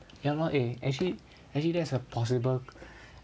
ya lor eh actually actually that's a possible